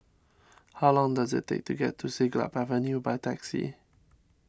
how long does it take to get to Siglap Avenue by taxi